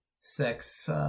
sex